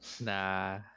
nah